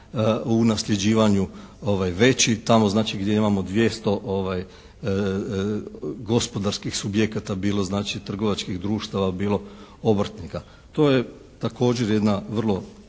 u nasljeđivanju veći. Tamo znači gdje imamo dvjesto gospodarskih subjekata bilo znači trgovačkih društava, bilo obrtnika. To je također jedna vrlo